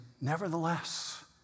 nevertheless